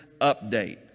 update